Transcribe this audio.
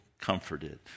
comforted